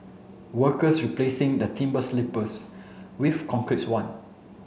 workers replacing the timber sleepers with concretes one